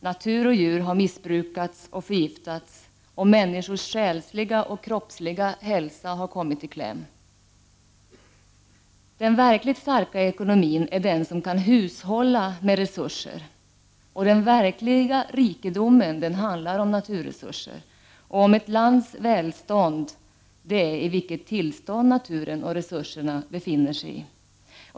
Natur och djur har missbrukats och förgiftats, och människors själsliga och kroppsliga hälsa har kommit i kläm. Den verkligt starka ekonomin är den som kan hushålla med resurser. Den verkliga rikedomen handlar om naturresurser, och ett lands välstånd handlar om i vilket tillstånd naturen och resurserna befinner sig.